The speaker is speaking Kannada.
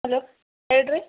ಹಲೋ ಹೇಳಿರಿ